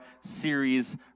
series